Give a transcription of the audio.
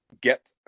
get